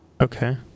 okay